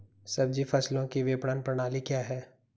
सब्जी फसलों की विपणन प्रणाली क्या है?